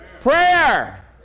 Prayer